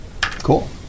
cool